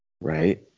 Right